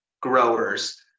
growers